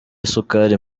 isukari